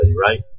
right